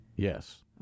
Yes